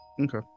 Okay